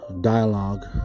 dialogue